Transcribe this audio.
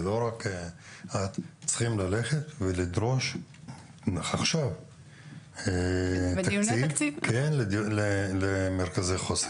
צריכים לדרוש עכשיו תקציב למרכזי החוסן.